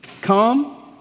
Come